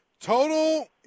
Total